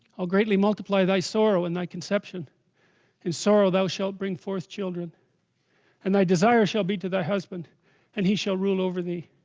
i'll greatly multiply thy sorrow and thy conception in sorrow thou shalt bring forth children and thy desire shall be to thy husband and he shall rule over thee